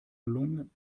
gelungen